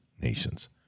nations